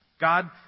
God